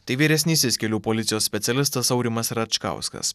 tai vyresnysis kelių policijos specialistas aurimas račkauskas